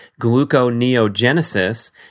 gluconeogenesis